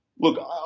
look